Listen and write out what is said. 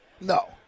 No